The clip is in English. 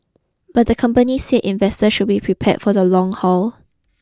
but the company said investors should be prepared for the long haul